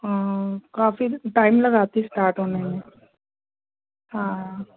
हाँ काफ़ी टाईम लगाती है स्टार्ट होने में हाँ